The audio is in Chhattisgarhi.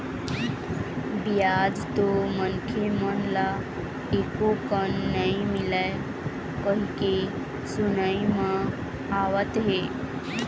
बियाज तो मनखे मन ल एको कन नइ मिलय कहिके सुनई म आवत हे